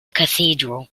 cathedral